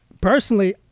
personally